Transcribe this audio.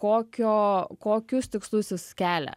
kokio kokius tikslus kelia